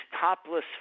topless